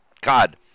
God